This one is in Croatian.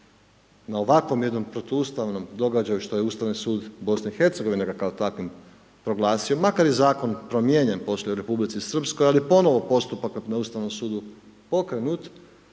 na ovakvom jednom protuustavnom događaju što je Ustavni sud Bosne i Hercegovine ga kao takvim proglasio, makar je zakon promijenjen poslije u Republici Srpskoj, ali je ponovno postupak na Ustavnom sudu pokrenut,